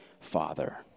Father